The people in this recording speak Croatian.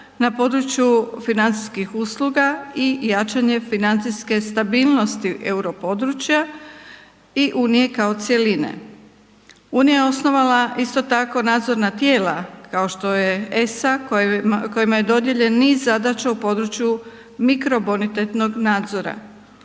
na području financijskih usluga i jačanje financijske stabilnosti europodručja i unije kao cjeline. Unija je osnovala isto tako nadzorna tijela kao što je ESA kojima je dodijeljen niz zadaća u području mikrobonitetnog nadzora.